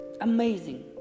amazing